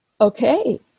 okay